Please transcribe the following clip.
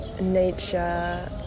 nature